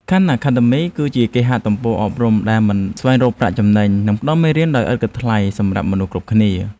ខាន់អាខាដឺមី គឺជាគេហទំព័រអប់រំដែលមិនស្វែងរកប្រាក់ចំណេញ និងផ្តល់មេរៀនដោយឥតគិតថ្លៃសម្រាប់មនុស្សគ្រប់គ្នា។